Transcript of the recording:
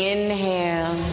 Inhale